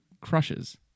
crushes